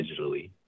digitally